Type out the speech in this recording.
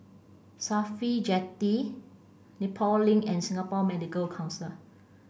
Jetty Nepal Link and Singapore Medical Council